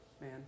man